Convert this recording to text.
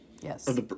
Yes